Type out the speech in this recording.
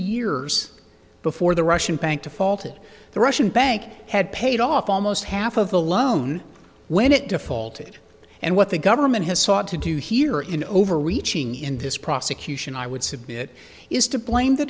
years before the russian bank to fall to the russian bank had paid off almost half of the loan when it defaulted and what the government has sought to do here in overreaching in this prosecution i would submit is to blame the